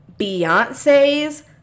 Beyonce's